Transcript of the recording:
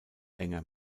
enger